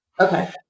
Okay